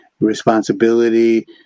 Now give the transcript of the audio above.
responsibility